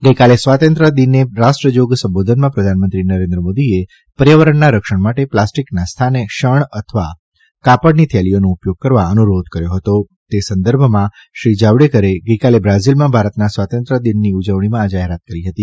ગઈકાલે સ્વાતંત્ર્ય દિને રાષ્ટ્રજાગ સંબોધનમાં પ્રધાનમંત્રી નરેન્દ્ર મોદીએ પર્યાવરણના રક્ષણ માટે પ્લાસ્ટીકના સ્થાને શણ અથવા કાપડની થેલીઓનો ઉપયોગ વધારવા અનુરોધ કર્યો હતો તે સંદર્ભમાં શ્રી જાવડેકરે ગઈકાલે બ્રાઝિલમાં ભારતના સ્વાતંત્ર્ય દિનની ઉજવણીમાં આ જાહેરાત કરી હતી